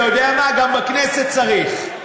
אתה יודע מה, גם בכנסת צריך.